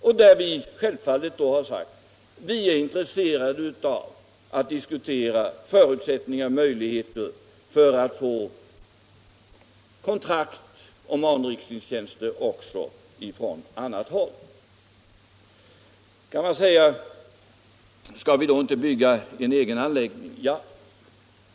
Vi har självfallet sagt att vi är intresserade av att diskutera möjligheterna att få kontrakt om anrikningstjänster också från dessa håll. Nu kan man invända: Skall vi då inte bygga en egen anläggning?